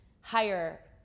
higher